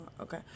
okay